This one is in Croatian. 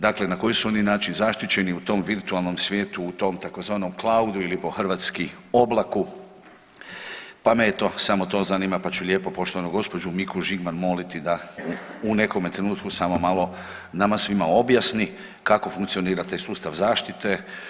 Dakle, na koji su oni način zaštićeni u tom virtualnom svijetu, u tzv. claudu ili po hrvatski oblaku, pa me eto samo to zanima pa ću lijepo poštovanu gospođu Niku Žigman moliti da u nekome trenutku samo malo nama svima objasni kako funkcionira taj sustav zaštite.